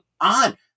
on